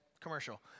commercial